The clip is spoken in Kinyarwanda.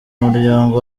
muryango